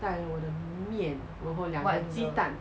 带了我的牛面然后两鸡蛋